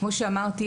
כמו שאמרתי,